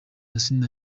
asinah